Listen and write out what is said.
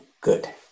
Good